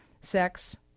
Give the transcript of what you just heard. Sex